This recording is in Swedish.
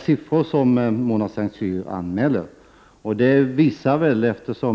Siffrorna som Mona Saint Cyr anmäler är riktiga.